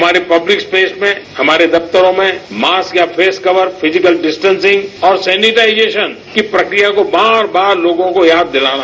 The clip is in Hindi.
हमारे पब्लिक प्लेस में हमारे दफ्तरों में मास्क या फेस कवर फिजिकल डिस्टेंसिंग और सैनिटाजेशन की प्रक्रिया को बार बार लोगों को याद दिलाया